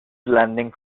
landing